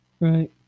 Right